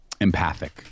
empathic